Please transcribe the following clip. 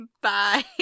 Bye